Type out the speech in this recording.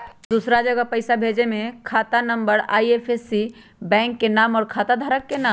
दूसरा जगह पईसा भेजे में खाता नं, आई.एफ.एस.सी, बैंक के नाम, और खाता धारक के नाम?